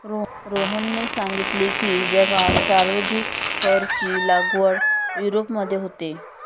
रोहनने सांगितले की, जगात सर्वाधिक फरची लागवड युरोपमध्ये होते